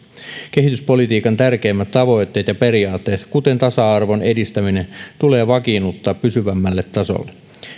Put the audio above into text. kehityspolitiikan tärkeimmät tavoitteet ja periaatteet kuten tasa arvon edistäminen tulee vakiinnuttaa pysyvämmälle tasolle